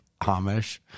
Amish